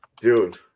Dude